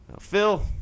Phil